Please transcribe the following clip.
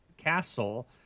Castle